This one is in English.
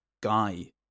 guy